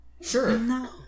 Sure